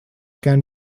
can